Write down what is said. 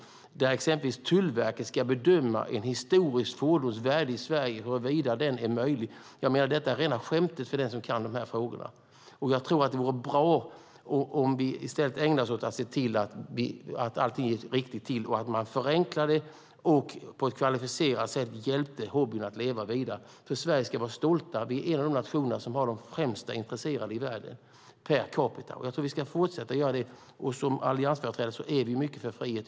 Exempelvis huruvida det är möjligt för Tullverket att bedöma ett historiskt fordons värde i Sverige är rena skämtet för den som kan de här frågorna. Jag tror att det vore bra om vi i stället ägnade oss åt att se till att allting gick rätt till och att man förenklade det och på ett kvalificerat sätt hjälpte hobbyn att leva vidare. Vi i Sverige ska nämligen vara stolta. Vi är en av de nationer som har de främsta intresserade i världen per capita. Vi ska fortsätta ha det, och som alliansföreträdare är vi mycket för frihet.